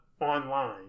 online